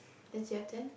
it's your turn